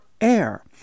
air